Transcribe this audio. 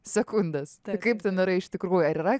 sekundės kaip ten yra iš tikrųjų ar yra